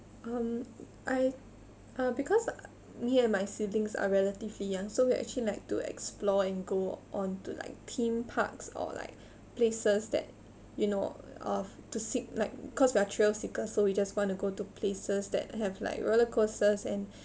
um I uh because me and my siblings are relatively young so we actually like to explore and go on to like theme parks or like places that you know of to seek like cause we are thrill seekers so we just want to go to places that have like roller coasters and